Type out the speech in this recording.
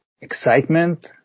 excitement